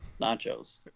nachos